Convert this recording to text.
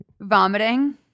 Vomiting